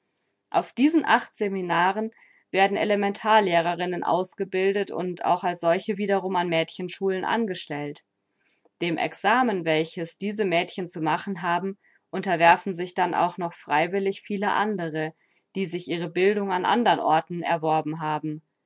auf diesen acht seminaren werden elementar lehrerinnen ausgebildet und auch als solche wiederum an mädchenschulen angestellt dem examen welches diese mädchen zu machen haben unterwerfen sich dann auch noch freiwillig viele andere die sich ihre bildung an anderen orten erworben haben